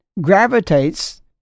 gravitates